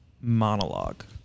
monologue